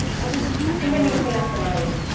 i just, i think i need to be left alone.